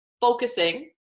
focusing